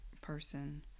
person